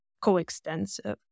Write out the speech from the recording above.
coextensive